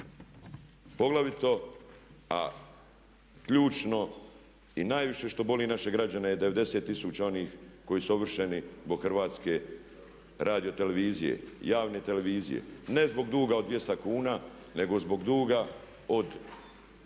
Poglavito a ključno i najviše što boli naše građane je 90 tisuća onih koji su ovršeni zbog Hrvatske radiotelevizije, javne televizije. Ne zbog duga od 200 kuna nego zbog duga od